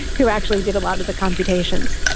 who actually did a lot of the computations.